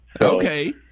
Okay